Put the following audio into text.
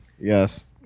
Yes